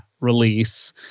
release